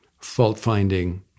fault-finding